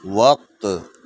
وقت